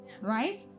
right